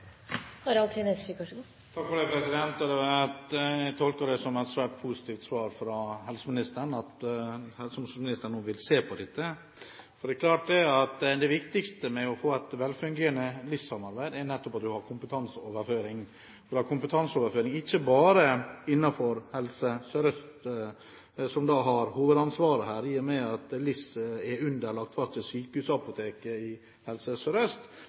Jeg tolker det som et svært positivt svar fra helse- og omsorgsministeren, at helse- og omsorgsministeren nå vil se på dette. For det er klart at det viktigste med å få et velfungerende LIS-samarbeid er nettopp at man har kompetanseoverføring, ikke bare innenfor Helse Sør-Øst, som har hovedansvaret her, i og med at LIS faktisk er underlagt Sykehusapotekene i Helse